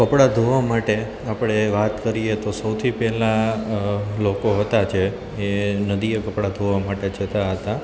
કપડાં ધોવા માટે આપણે વાત કરીએ તો સૌથી પહેલાં લોકો હતા જે એ નદીએ કપડા ધોવા માટે જતા હતા